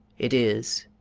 it is